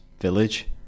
Village